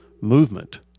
movement